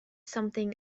something